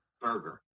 burger